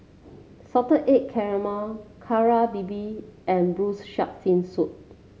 Salted Egg Calamari Kari Babi and Braised Shark Fin Soup